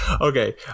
Okay